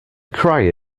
cry